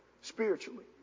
spiritually